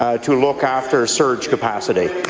ah to look after surge capacity.